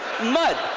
Mud